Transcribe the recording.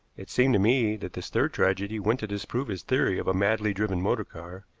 it seemed to me that this third tragedy went to disprove his theory of a madly driven motor car,